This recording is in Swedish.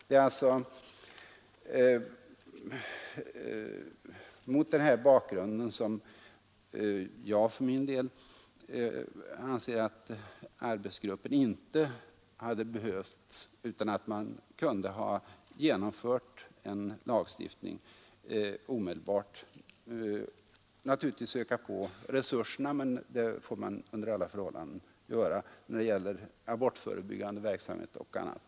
Det är mot denna bakgrund som jag för min del anser att arbetsgruppen inte hade behövt tillsättas utan man kunde ha genomfört en lagstiftning omedelbart. Naturligtvis hade man fått öka på resurserna, men det får man under alla förhållanden göra när det gäller abortförebyggande verksamhet och annat.